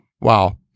Wow